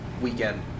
weekend